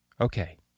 Okay